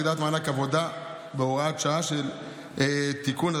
והגדלת מענק עבודה (הוראת שעה) (תיקון),